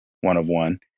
one-of-one